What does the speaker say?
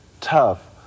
tough